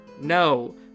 No